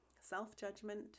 self-judgment